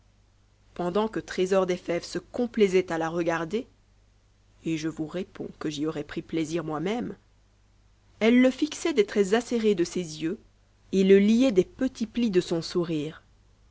pendant que trésor des fèves se complaisait à la regarder et je vous réponds que j'y aurais pris plaisir moi-même elle le fixait des traits acérés de ses yeux et le liait des petits plis de son sourire